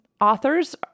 authors